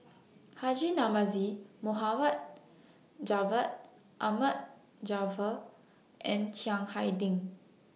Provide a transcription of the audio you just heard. Haji Namazie Mohd Javad Ahmad Jaafar and Chiang Hai Ding